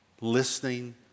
listening